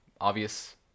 obvious